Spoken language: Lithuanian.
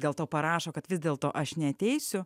gal tau parašo kad vis dėlto aš neateisiu